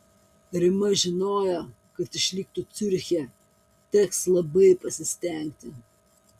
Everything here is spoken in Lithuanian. rima žinojo kad išliktų ciuriche teks labai pasistengti